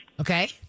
Okay